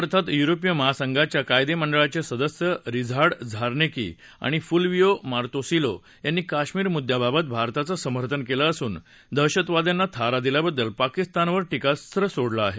अर्थात युरोपीय महासंघाच्या कायदेमंडळाचे सदस्य रिझार्ड झारनेकी आणि फुलविओ मातोसीलो यांनी कश्मीर मुद्द्याबाबत भारताचं समर्थन केलं असून दहशतवाद्यांना थारा दिल्याबद्दल पाकिस्तानवर टीकास्व सोडलं आहे